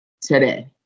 today